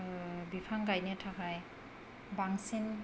बिफां गायनो थाखाय बांसिन